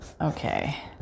Okay